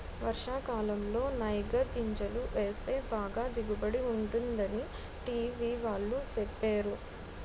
వర్షాకాలంలో నైగర్ గింజలు వేస్తే బాగా దిగుబడి ఉంటుందని టీ.వి వాళ్ళు సెప్పేరు